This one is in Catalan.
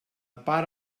pare